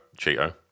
Cheeto